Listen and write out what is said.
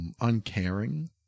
uncaring